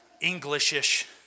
English-ish